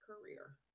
career